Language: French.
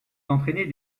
d’entraîner